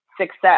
success